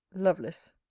lovelace!